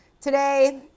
today